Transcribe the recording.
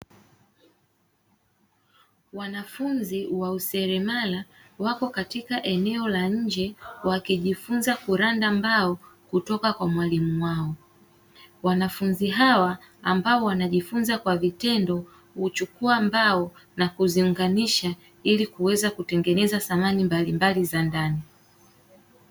Wanafunzi wa useremala wapo katika eneo la nje wakijifunza kuranda mbao kutoka kwa mwalimu wao, wanafunzi hawa ambao wanajifunza kwa vitendo huchukua mbao na kuziunganisha, ili kuweza kutengeneza samani mbalimbali za ndani.